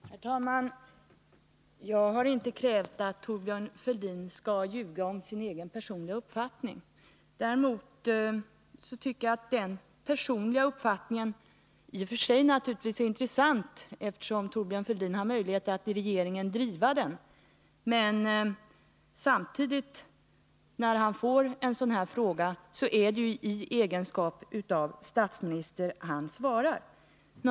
Herr talman! Jag har inte krävt att Thorbjörn Fälldin skall ljuga om sin personliga uppfattning. Däremot tycker jag att den personliga uppfattningen i sig är intressant, eftersom Thorbjörn Fälldin har möjlighet att i regeringen driva den. Men samtidigt är det ju, när Thorbjörn Fälldin får en sådan här fråga, i sin egenskap av statsminister som han svarar.